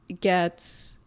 get